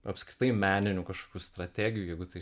apskritai meninių kažkokių strategijų jeigu tai